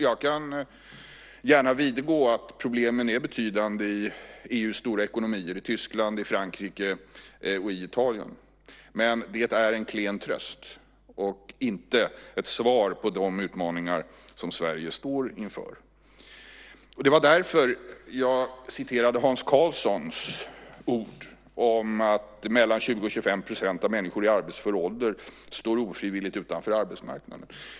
Jag vidgår gärna att det är betydande problem i EU:s stora ekonomier: Tyskland, Frankrike och Italien. Men det är en klen tröst, och det är inte ett svar på de utmaningar som Sverige står inför. Därför anförde jag Hans Karlssons ord om att mellan 20 och 25 % av människor i arbetsför ålder ofrivilligt står utanför arbetsmarknaden.